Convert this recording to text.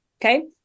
Okay